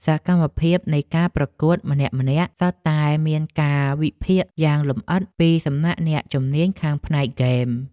សកម្មភាពនៃការប្រកួតម្នាក់ៗសុទ្ធតែមានការវិភាគយ៉ាងលម្អិតពីសំណាក់អ្នកជំនាញខាងផ្នែកហ្គេម។